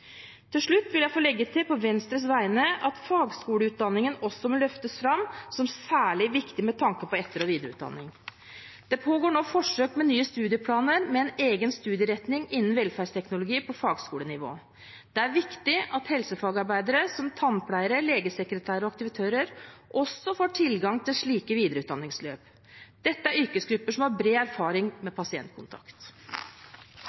Til slutt vil jeg få legge til på Venstres vegne at fagskoleutdanningen også må løftes fram som særlig viktig med tanke på etter- og videreutdanning. Det pågår nå forsøk med nye studieplaner med en egen studieretning innen velferdsteknologi på fagskolenivå. Det er viktig at helsefagarbeidere, som tannpleiere, legesekretærer og aktivitører, også får tilgang til slike videreutdanningsløp. Dette er yrkesgrupper som har bred erfaring med